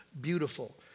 beautiful